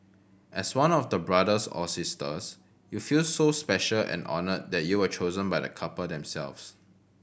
as one of the brothers or sisters you feel so special and honoured that you were chosen by the couple themselves